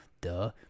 duh